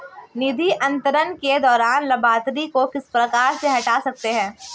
निधि अंतरण के दौरान लाभार्थी को किस प्रकार से हटा सकते हैं?